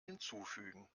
hinzufügen